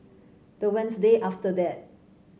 the Wednesday after that